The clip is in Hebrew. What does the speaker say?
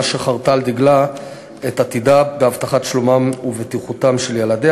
שחרתה על דגלה את עתידה בהבטחת שלומם ובטיחותם של ילדיה.